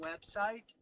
website